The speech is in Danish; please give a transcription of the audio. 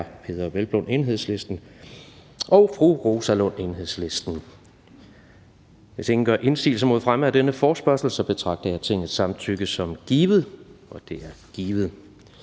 Hvis ingen gør indsigelse mod fremme af denne forespørgsel, betragter jeg Tingets samtykke som givet. Det er givet.